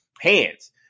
hands